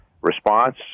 response